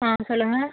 ஆ சொல்லுங்கள்